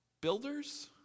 builders